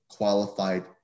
qualified